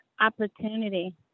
opportunity